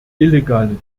illegalen